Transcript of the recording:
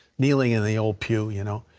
kneeling in the old pew, you know.